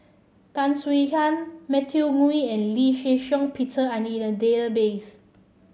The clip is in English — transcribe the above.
Tan Swie Hian Matthew Ngui and Lee Shih Shiong Peter are in the database